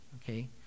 Okay